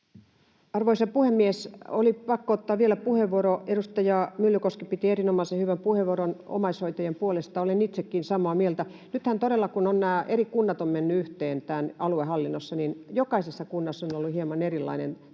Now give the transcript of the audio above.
Arvoisa puhemies! Oli pakko ottaa vielä puheenvuoro. Edustaja Myllykoski piti erinomaisen hyvän puheenvuoron omaishoitajien puolesta. Olen itsekin samaa mieltä. Nythän todella, kun eri kunnat ovat menneet yhteen aluehallinnossa, jokaisessa kunnassa, tai kuntayhtymässä,